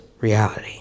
reality